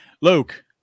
Luke